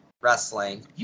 Wrestling